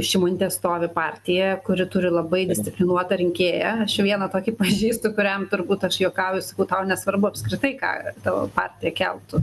šimonytė stovi partija kuri turi labai disciplinuotą rinkėją aš čia vieną tokį pažįstu kuriam turbūt aš juokauju sakau tau nesvarbu apskritai ką tavo partija keltų